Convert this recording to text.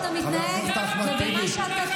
די.